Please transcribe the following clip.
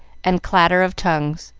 and clatter of tongues,